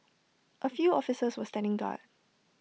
A few officers were standing guard